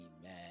Amen